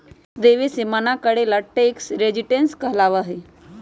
tax देवे से मना करे ला टैक्स रेजिस्टेंस कहलाबा हई